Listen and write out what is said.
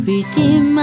Redeem